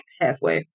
halfway